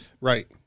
Right